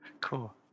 Cool